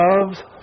Love's